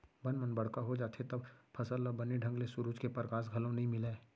बन मन बड़का हो जाथें तव फसल ल बने ढंग ले सुरूज के परकास घलौ नइ मिलय